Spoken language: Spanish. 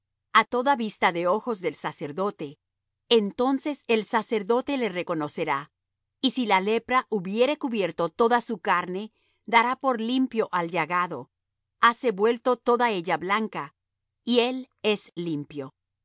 á toda vista de ojos del sacerdote entonces el sacerdote le reconocerá y si la lepra hubiere cubierto toda su carne dará por limpio al llagado hase vuelto toda ella blanca y él es limpio